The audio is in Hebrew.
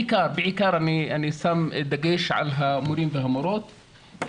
בעיקר אני שם דגש על המורים והמורות,